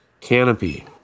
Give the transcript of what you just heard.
canopy